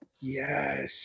Yes